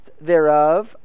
thereof